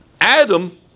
Adam